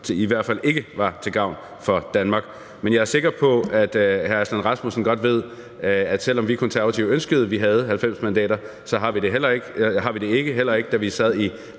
i hvert fald ikke var til gavn for Danmark. Jeg er sikker på, at hr. Lars Aslan Rasmussen godt ved, at selv om vi konservative ønskede, at vi havde 90 mandater, har vi det ikke, heller ikke da vi sad i